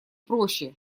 проще